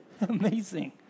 Amazing